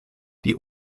die